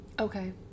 Okay